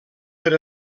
per